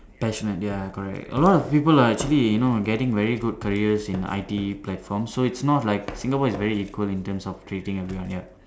passionate ya correct a lot of people are actually you know getting very good careers in the I_T_E platform so it's not like Singapore is very equal in terms of treating everyone ya